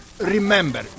Remember